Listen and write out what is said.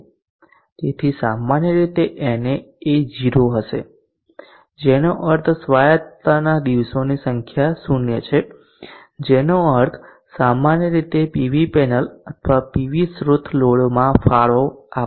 તેથી સામાન્ય રીતે na એ 0 હશે જેનો અર્થ સ્વાયત્તતાના દિવસોની સંખ્યા 0 છે જેનો અર્થ સામાન્ય રીતે પીવી પેનલ અથવા પીવી સ્રોત લોડમાં ફાળો આપશે